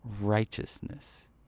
righteousness